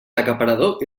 acaparador